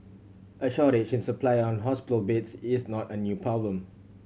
a shortage in supply on hospital beds is not a new problem